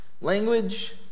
Language